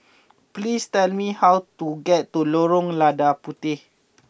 please tell me how to get to Lorong Lada Puteh